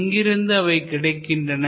எங்கிருந்து அவை கிடைக்கின்றன